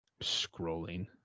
Scrolling